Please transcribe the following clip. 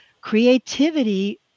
Creativity